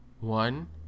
one